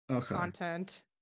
content